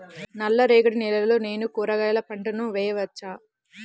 నల్ల రేగడి నేలలో నేను కూరగాయల పంటను వేయచ్చా?